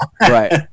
Right